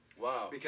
Wow